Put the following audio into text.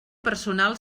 personal